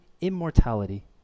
immortality